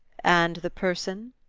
and the person?